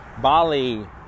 Bali